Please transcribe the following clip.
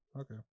Okay